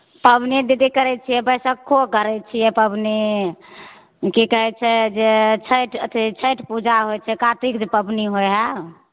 पवनी दीदी करै छियै बैसखो करै छियै पवनी कि कहै छै जे छठि अथी छठि पूजा होइ छै कातिक जे पवनी होइ हइ